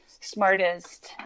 smartest